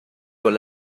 con